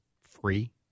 Free